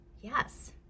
Yes